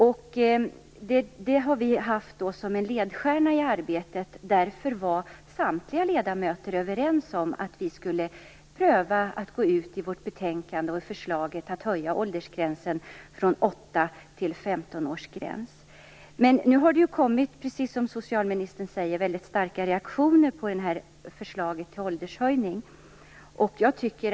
Vi har haft detta som en ledstjärna i arbetet, och därför var samtliga ledamöter överens om att vi i betänkandet skulle föreslå en höjning av åldersgränsen från åtta till 15 år. Nu har det, precis som socialministern sade, kommit väldigt starka reaktioner på förslaget om en höjning av åldersgränsen.